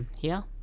here